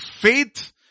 faith